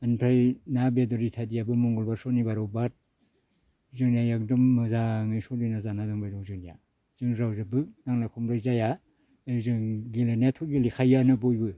बेनिफ्राय ना बेदर इत्यादियावबो मंगलबार सनिबाराव बाद जोंनिया एकदम मोजाङै सोलिना जाना दंबाय दं जोंनिया जों रावजोंबो नांज्लाय खमलाय जाया जों गेलेनायाथ' गेलेखायोआनो बयबो